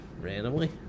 Randomly